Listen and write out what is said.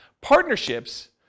Partnerships